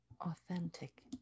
authentic